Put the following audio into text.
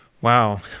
Wow